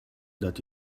that